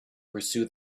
pursue